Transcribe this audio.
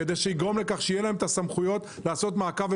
כדי שיהיו לה את הסמכויות לבצע מעקב,